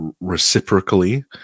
reciprocally